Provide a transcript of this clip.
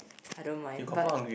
I don't mind but